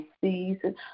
season